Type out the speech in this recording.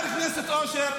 חבר הכנסת אושר,